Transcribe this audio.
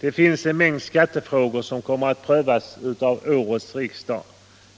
Det finns en mängd skattefrågor som kommer att prövas av årets riksdag: